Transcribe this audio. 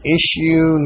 issue